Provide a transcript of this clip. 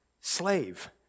slave